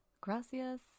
gracias